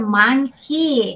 monkey